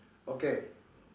okay